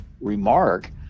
remark